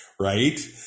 right